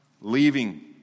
leaving